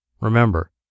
Remember